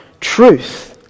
truth